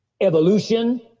evolution